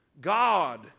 God